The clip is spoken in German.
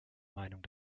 meinung